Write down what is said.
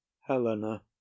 helena